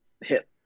hit